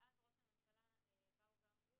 ואז ממשרד ראש הממשלה באו ואמרו